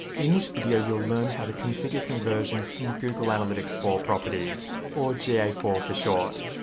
in this video, you will learn how to configure conversions in google analytics four properties or g a four for short.